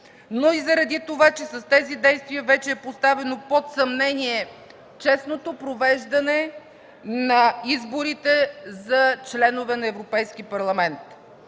но и заради това, че с тези действия вече е поставено под съмнение честното провеждане на изборите за членове на Европейски парламент.